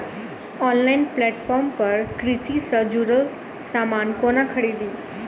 Online platform पर कृषि सँ जुड़ल समान कोना खरीदी?